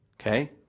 Okay